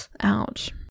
Ouch